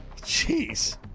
Jeez